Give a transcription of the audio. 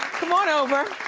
come on over.